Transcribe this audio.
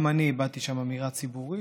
גם אני הבעתי שם אמירה ציבורית,